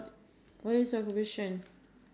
do you have any cards you wanna